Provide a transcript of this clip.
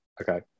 Okay